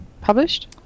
published